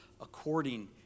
according